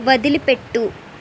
వదిలిపెట్టు